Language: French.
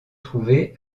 trouvés